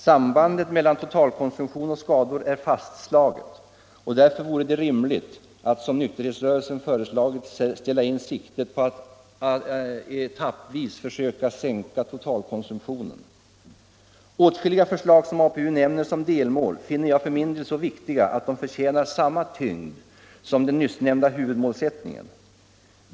Sambandet mellan totalkonsumtion och skador är fastslaget, och därför vore det rimligt att — som nykterhetsrörelsen föreslagit — ställa in siktet på att etappvis försöka sänka totalkonsumtionen. Åtskilliga förslag som APU nämner som delmål finner jag för min del så viktiga att de förtjänar samma tyngd som den nyssnämnda huvudmålsättningen.